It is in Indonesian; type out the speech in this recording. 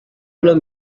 belum